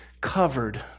covered